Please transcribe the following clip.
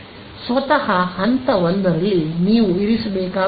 ಸ್ವತಃ ಹಂತ 1 ರಲ್ಲಿ ನೀವು ಇರಿಸಬೇಕಾಗುತ್ತದೆ